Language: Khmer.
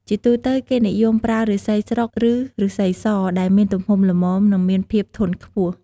ជាទូទៅ គេនិយមប្រើឬស្សីស្រុក ឬឬស្សីស ដែលមានទំហំល្មម និងមានភាពធន់ខ្ពស់។